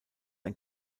ein